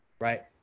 right